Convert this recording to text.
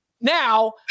Now